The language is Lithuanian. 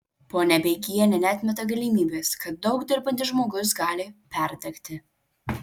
ponia beigienė neatmeta galimybės kad daug dirbantis žmogus gali perdegti